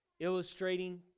illustrating